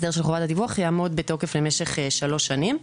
יעמוד בתוקף למשך שלוש שנים.